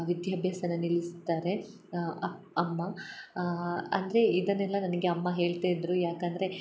ವಿದ್ಯಾಭ್ಯಾಸವನ್ನು ನಿಲ್ಲಿಸ್ತಾರೆ ಅಪ್ ಅಮ್ಮ ಅಂದರೆ ಇದನ್ನೆಲ್ಲ ನನಗೆ ಅಮ್ಮ ಹೇಳ್ತಯಿದ್ದರು ಯಾಕಂದರೆ